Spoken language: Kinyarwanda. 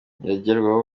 yageraho